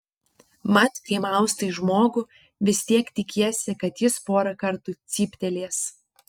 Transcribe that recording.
mat kai maustai žmogų vis tiek tikiesi kad jis porą kartų cyptelės